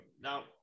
now